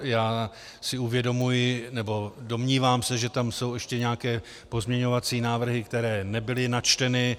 Já si uvědomuji, nebo domnívám se, že tam jsou ještě nějaké pozměňovací návrhy, které nebyly načteny.